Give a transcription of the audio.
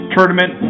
Tournament